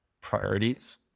priorities